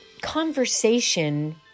conversation